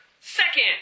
second